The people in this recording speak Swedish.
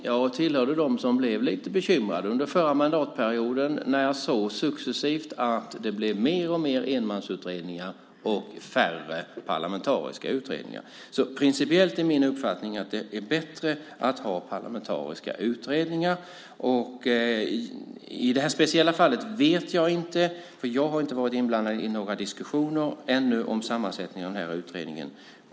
Jag tillhörde dem som blev lite bekymrade under förra mandatperioden när jag såg, successivt, att det blev mer och mer enmansutredningar och färre parlamentariska utredningar. Min principiella uppfattning är att det är bättre att ha parlamentariska utredningar. I det här speciella fallet vet jag inte, för jag har ännu inte varit inblandad i några diskussioner om sammansättningen av den här utredningen.